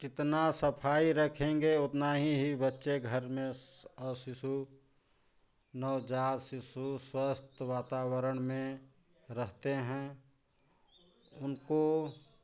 जितना सफाई रखेंगे उतना ही ही बच्चे घर में अ शिशु नवजात शिशु स्वस्थ वातावरण में रहते हैं उनको